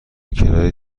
کرایه